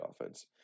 offense